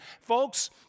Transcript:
folks